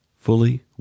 fully